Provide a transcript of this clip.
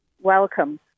welcome